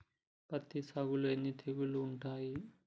పత్తి సాగులో ఎన్ని తెగుళ్లు ఉంటాయి?